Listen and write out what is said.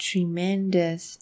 Tremendous